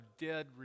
dead